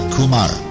Kumar